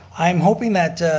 i'm hoping that